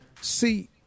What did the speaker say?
See